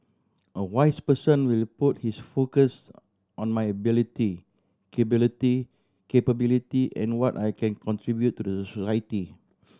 a wise person will put his focus on my ability capability and what I can contribute to the society